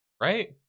right